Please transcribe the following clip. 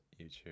YouTube